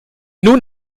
nun